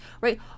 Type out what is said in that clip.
right